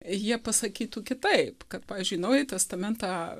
jie pasakytų kitaip kad pavyzdžiui naująjį testamentą